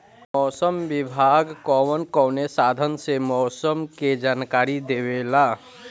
मौसम विभाग कौन कौने साधन से मोसम के जानकारी देवेला?